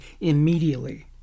immediately